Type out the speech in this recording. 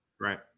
Right